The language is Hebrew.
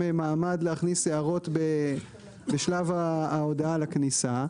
מעמד להכניס הערות בשלב ההודעה על הכניסה.